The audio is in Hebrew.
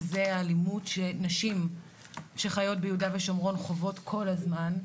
וזה האלימות שנשים שחיות ביהודה ושומרון חוות כל הזמן.